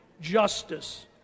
justice